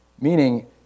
meaning